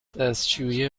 دستشویی